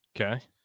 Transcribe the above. Okay